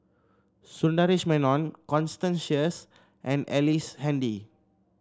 Sundaresh Menon Constance Sheares and Ellice Handy